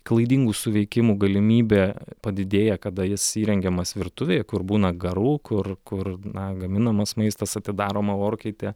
klaidingų suveikimų galimybė padidėja kada jis įrengiamas virtuvėje kur būna garų kur kur na gaminamas maistas atidaroma orkaitė